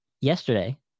yesterday